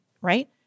right